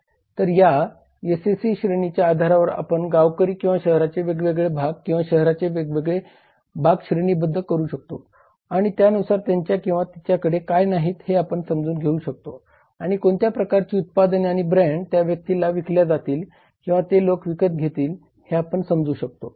तर या SEC श्रेणीच्या आधारावर आपण गावकरी किंवा शहराचे वेगवेगळे भाग किंवा शहराचे वेगवेगळे भाग श्रेणीबद्ध करू शकतो आणि त्यानुसार त्याच्या किंवा तिच्याकडे काय नाही हे आपण समजून घेऊ शकतो आणि कोणत्या प्रकारची उत्पादने आणि ब्रँड त्या व्यक्तीला विकल्या जातील किंवा ते लोक विकत घेतील हे आपण समजू शकतो